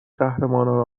قهرمانان